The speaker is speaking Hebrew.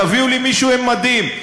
תביאו לי מישהו עם מדים.